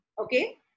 Okay